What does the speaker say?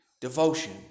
devotion